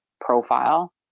profile